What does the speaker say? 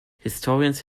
historians